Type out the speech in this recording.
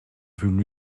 voulût